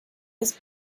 was